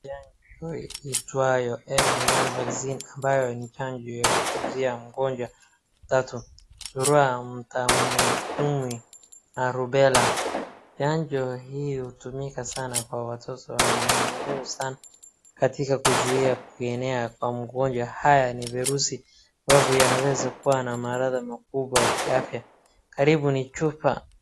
Chanjo iitwayo M-M-R Vaccine ambayo ni chanjo ya kuzuia magonjwa matatu: Surua, Matambwitumbwi na Rubela. Chanjo hii hutumika sana kwa watoto na ni muhimu sana katika kuzuia kuenea kwa mgonjwa, haya ni virusi ambavyo yanaweza kuwa na marsdha makubwa ya kiafya. Karibu ni chupa...